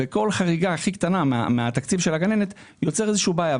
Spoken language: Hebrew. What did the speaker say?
כל חריגה הכי קטנה מהתקציב של הגננת יוצרת בעיה.